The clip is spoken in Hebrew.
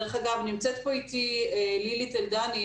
דרך אגב נמצאת פה איתי לילי טלדן,